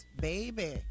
Baby